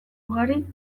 ugari